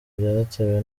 byatewe